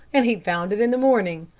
and he'd found it in the morning.